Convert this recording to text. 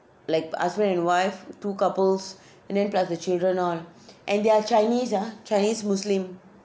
like the husband and wife two couples and then plus the children all and they are chinese ah chinese muslim